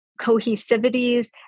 cohesivities